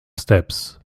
steps